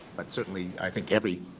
but certainly, i think every,